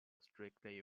strictly